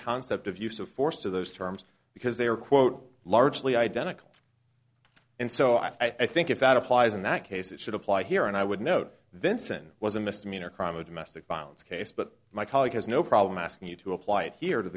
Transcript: concept of use of force to those terms because they are quote largely identical and so i think if that applies in that case it should apply here and i would note then sin was a misdemeanor crime a domestic violence case but my colleague has no problem asking you to apply it here to